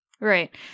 Right